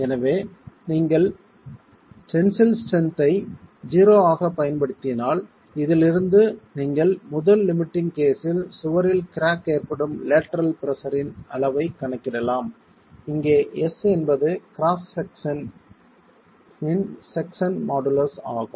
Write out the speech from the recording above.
எனவே நீங்கள் tensile strength ஐ 0 ஆகப் பயன்படுத்தினால் இதிலிருந்து நீங்கள் முதல் லிமிட்டிங் கேஸில் சுவரில் கிராக் ஏற்படும் லேட்டரல் பிரஷர்ரின் அளவைக் கணக்கிடலாம் இங்கே S என்பது கிராஸ் செக்சன் இன் செக்சன் மாடுலஸ் ஆகும்